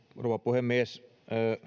rouva puhemies